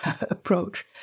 approach